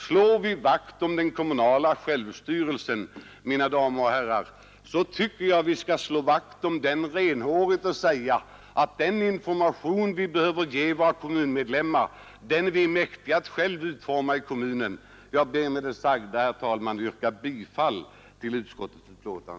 Slår vi vakt om den kommunala självstyrelsen, mina damer och herrar, så tycker jag att vi skall slå vakt om den renhårigt och också säga att den information som vi behöver ge våra kommunmedlemmar är vi mäktiga att själva utforma i kommunen. Jag ber med det sagda, herr talman, att få yrka bifall till utskottets hemställan.